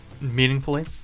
meaningfully